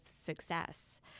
success